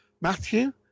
Matthew